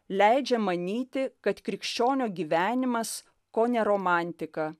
leidžia manyti kad krikščionio gyvenimas kone romantika